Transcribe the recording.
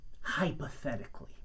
hypothetically